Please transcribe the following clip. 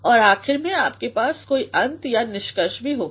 और आखिर में आपके पास कोई अंत या निष्कर्षभी होगा